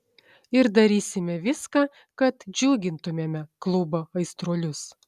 ir darysime viską kad džiugintumėme klubo aistruolius